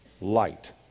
light